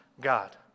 God